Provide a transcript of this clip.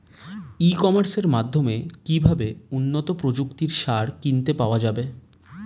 ই কমার্সের মাধ্যমে কিভাবে উন্নত প্রযুক্তির সার কিনতে পাওয়া যাবে?